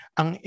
ang